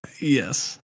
Yes